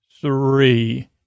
three